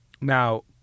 Now